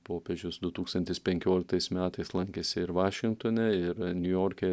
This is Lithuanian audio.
popiežius du tūkstantis penkioliktais metais lankėsi ir vašingtone ir niujorke